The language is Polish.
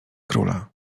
króla